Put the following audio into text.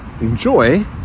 enjoy